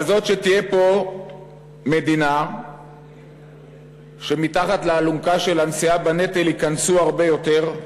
כזאת שתהיה פה מדינה שמתחת לאלונקה של הנשיאה בנטל ייכנסו הרבה יותר,